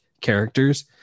characters